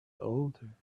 older